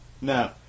no